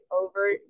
over